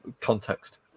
context